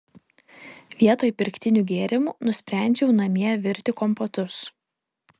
vietoj pirktinių gėrimų nusprendžiau namie virti kompotus